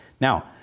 Now